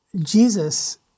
Jesus